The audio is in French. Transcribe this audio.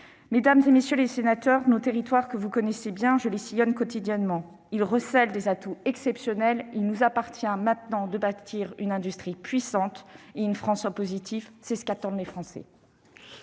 Mesdames, messieurs les sénateurs, nos territoires, que vous connaissez bien et que je sillonne quotidiennement, recèlent des atouts exceptionnels. Il nous appartient maintenant de bâtir une industrie puissante et une France en positif. C'est ce qu'attendent nos